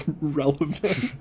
relevant